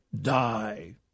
die